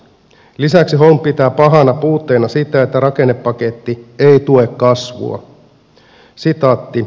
lisäksi holm pitää pahana puutteena sitä että rakennepaketti ei tue kasvua